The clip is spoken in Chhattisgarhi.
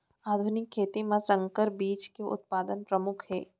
आधुनिक खेती मा संकर बीज के उत्पादन परमुख हे